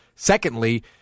Secondly